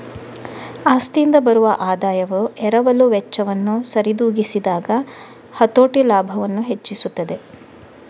ಆಸ್ತಿಯಿಂದ ಬರುವ ಆದಾಯವು ಎರವಲು ವೆಚ್ಚವನ್ನು ಸರಿದೂಗಿಸಿದಾಗ ಹತೋಟಿ ಲಾಭವನ್ನು ಹೆಚ್ಚಿಸುತ್ತದೆ